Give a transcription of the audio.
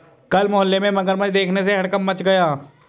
कल मोहल्ले में मगरमच्छ देखने से हड़कंप मच गया